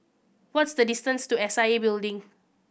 what's the distance to S I A Building